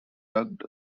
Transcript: drugged